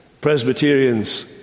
Presbyterians